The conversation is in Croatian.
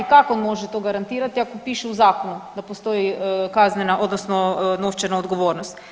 Kako on može to garantirati, ako piše u zakonu da postoji kaznena, odnosno novčana odgovornost.